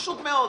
פשוט מאוד.